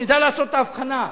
שנדע לעשות את ההבחנה.